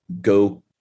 go